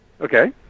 Okay